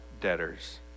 debtors